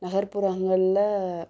நகர்புறங்களில்